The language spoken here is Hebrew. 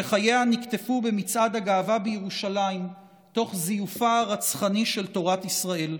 שחייה נקטפו במצעד הגאווה בירושלים תוך זיופה הרצחני של תורת ישראל.